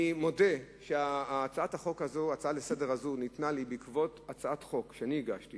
אני מודה שההצעה לסדר-היום הזאת ניתנה לי בעקבות הצעת חוק שהגשתי